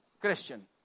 Christian